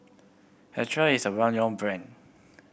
Caltrate is a well known brand